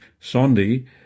Sondi